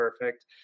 perfect